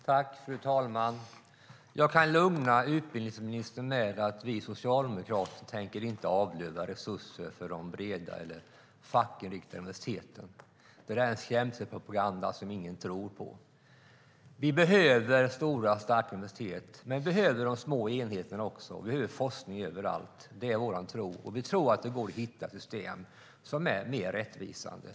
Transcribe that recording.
Fru talman! Jag kan lugna utbildningsministern med att vi socialdemokrater inte tänker avlöva de breda eller fackinriktade universiteten på resurser. Det är en skrämselpropaganda som ingen tror på. Vi behöver stora och starka universitet, men vi behöver också de små enheterna. Vi behöver ha forskning överallt. Det är vår tro. Vi tror att det går att hitta system som är mer rättvisande.